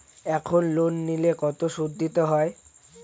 এখন লোন নিলে কত সুদ দিতে হয়?